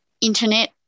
internet